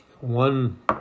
one